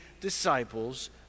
disciples